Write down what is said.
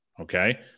Okay